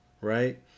right